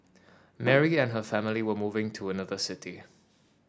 Mary and her family were moving to another city